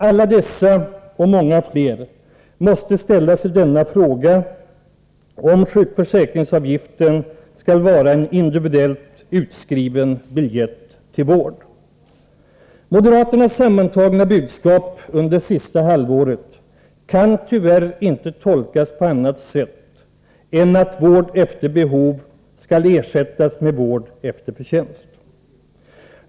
Alla dessa — och många fler — måste ställa sig denna fråga om sjukförsäkringsavgiften skall vara en individuellt utskriven biljett till vård. Moderaternas sammantagna budskap under det senaste halvåret kan tyvärr inte tolkas på annat sätt än att vård efter behov skall ersättas med vård efter förtjänst.